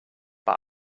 nach